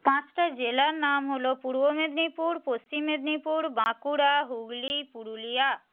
পাঁচটা জেলার নাম হল পূর্ব মেদিনীপুর পশ্চিম মেদিনীপুর বাঁকুড়া হুগলি পুরুলিয়া